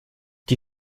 die